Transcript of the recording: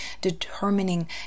determining